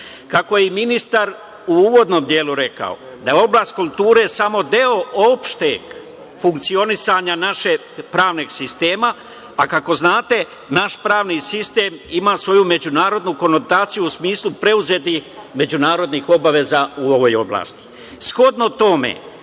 je ministar u uvodnom delu rekao da je oblast kulture samo deo opšteg funkcionisanja našeg pravnog sistema, a kako znate, naš pravni sistem ima svoju međunarodnu konotaciju u smislu preuzetih međunarodnih obaveza u ovoj oblasti,